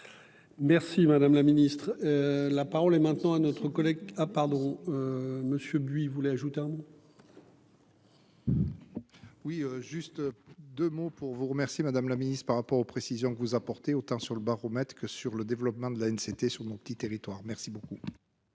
Merci madame la ministre. La parole est maintenant à notre collègue. Ah pardon. Monsieur Buy voulait ajoutant. Oui juste 2 mots pour vous remercier Madame la Ministre par rapport aux précisions que vous apportez, autant sur le baromètre que sur le développement de la haine. C'était sur mon petit territoire merci. Merci.